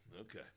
Okay